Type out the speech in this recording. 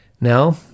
Now